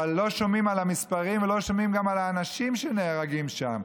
אבל לא שומעים על המספרים ולא שומעים גם על האנשים שנהרגים שם.